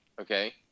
okay